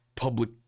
public